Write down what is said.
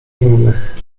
innych